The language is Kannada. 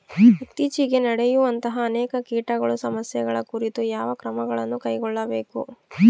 ಇತ್ತೇಚಿಗೆ ನಡೆಯುವಂತಹ ಅನೇಕ ಕೇಟಗಳ ಸಮಸ್ಯೆಗಳ ಕುರಿತು ಯಾವ ಕ್ರಮಗಳನ್ನು ಕೈಗೊಳ್ಳಬೇಕು?